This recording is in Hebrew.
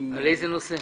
איזה נושא?